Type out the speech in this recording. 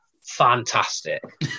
fantastic